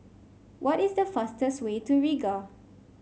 what is the fastest way to Riga